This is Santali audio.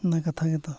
ᱚᱱᱟ ᱠᱟᱛᱷᱟ ᱜᱮᱛᱚ